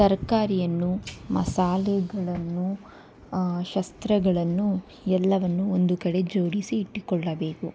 ತರಕಾರಿಯನ್ನು ಮಸಾಲೆಗಳನ್ನು ಶಸ್ತ್ರಗಳನ್ನು ಎಲ್ಲವನ್ನು ಒಂದು ಕಡೆ ಜೋಡಿಸಿ ಇಟ್ಟುಕೊಳ್ಳಬೇಕು